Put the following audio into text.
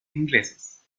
ingleses